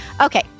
Okay